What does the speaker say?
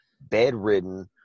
bedridden